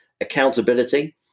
Accountability